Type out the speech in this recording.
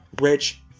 rich